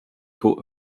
court